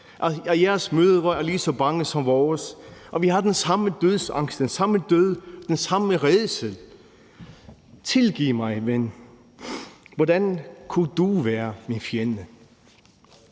os, jeres mødre er lige så bange som vores, og vi har den samme dødsangst, den samme død, den samme rædsel. Tilgiv mig, ven, hvordan kunne du være min fjende?